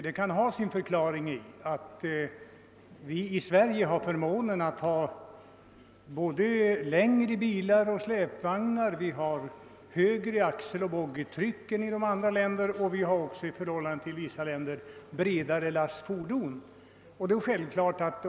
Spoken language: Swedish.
Det kan ha sin förklaring i att vi i Sverige tillåter längre bilar och släpvagnar och högre axeloch boggitryck än man tillåter i andra länder, och vi har också bredare lastfordon än man har i vissa andra länder.